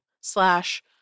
slash